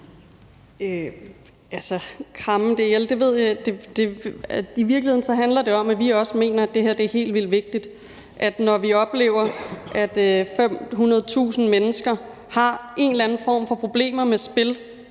Altså, »krammer det ihjel« – i virkeligheden handler det om, at vi også mener, det her er helt vildt vigtigt. Når vi oplever, at 500.000 mennesker har en eller anden form for problemer med spil,